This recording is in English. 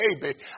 baby